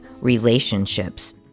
relationships